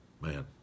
man